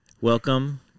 Welcome